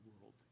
world